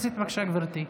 בבקשה, גברתי.